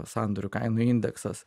sandorių kainų indeksas